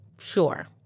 sure